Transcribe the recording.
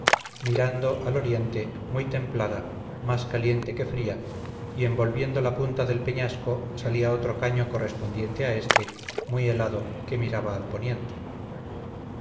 mirando al oriente muy templada más caliente que fría y en volviendo la punta del peñasco salía otro caño correspondiente a éste muy helado que miraba al poniente